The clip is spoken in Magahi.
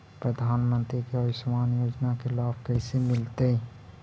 प्रधानमंत्री के आयुषमान योजना के लाभ कैसे मिलतै?